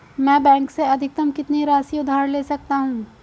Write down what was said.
मैं बैंक से अधिकतम कितनी राशि उधार ले सकता हूँ?